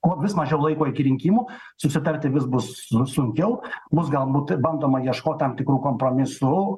kuo vis mažiau laiko iki rinkimų susitarti vis bus bus sunkiau bus galbūt bandoma ieškot tam tikrų kompromisų